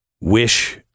wish